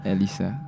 Elisa